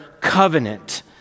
covenant